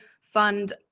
fund